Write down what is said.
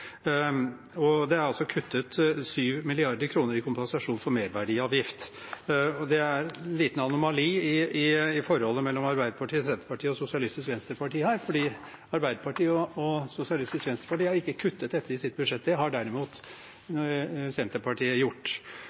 Det er kuttet 7 mrd. kr i kompensasjon for merverdiavgift. Det er en liten anomali i forholdet mellom Arbeiderpartiet, Senterpartiet og Sosialistisk Venstreparti her, for Arbeiderpartiet og Sosialistisk Venstreparti har ikke kuttet dette i sine budsjetter, men det har derimot Senterpartiet gjort.